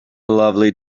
lovely